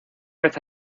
vez